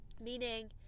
meaning